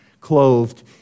clothed